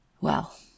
Well